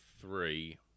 three